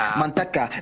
manteca